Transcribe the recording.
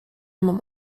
mam